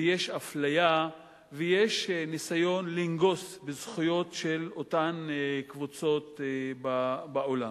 יש אפליה ויש ניסיון לנגוס בזכויות של אותן קבוצות בעולם.